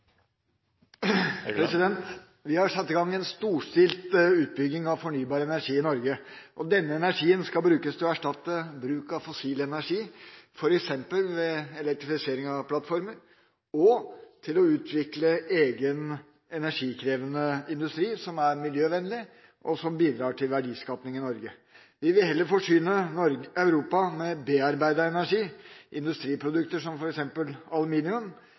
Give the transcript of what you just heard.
Vi har satt i gang en storstilt utbygging av fornybar energi i Norge. Denne energien skal brukes til å erstatte bruk av fossil energi, f.eks. ved elektrifisering av plattformer, og til å utvikle egen energikrevende industri som er miljøvennlig, og som bidrar til verdiskaping i Norge. Vi vil heller forsyne Europa med bearbeidet energi, industriprodukter som f.eks. aluminium,